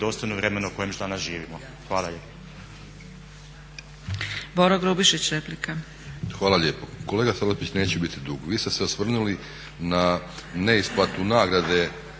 dostojno vremena u kojem danas živimo. Hvala lijepa.